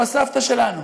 או הסבתא שלנו,